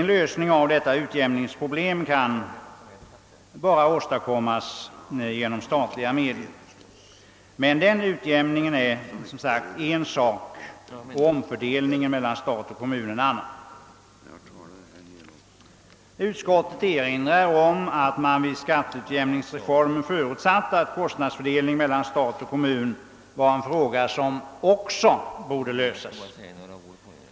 En lösning av detta utjämningsproblem kan bara åstadkommas genom statliga medel. Men den utjämningen är en sak och omfördelningen mellan stat och kommun en annan. Utskottet erinrar om att man vid skatteutjämningsreformens genomförande ansåg att kostnadsfördelningen mellan stat och kommun var en fråga som också borde lösas.